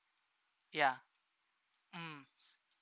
ya mm